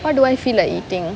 why do I feel like eating